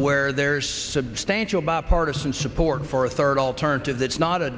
where there's substantial bipartisan support for a third alternative that's not a